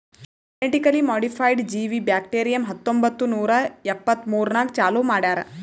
genetically modified ಜೀವಿ bacterium ಹತ್ತೊಂಬತ್ತು ನೂರಾ ಎಪ್ಪತ್ಮೂರನಾಗ್ ಚಾಲೂ ಮಾಡ್ಯಾರ್